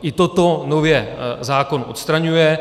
I toto nově zákon odstraňuje.